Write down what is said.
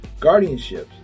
Guardianships